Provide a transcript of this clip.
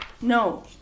No